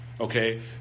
Okay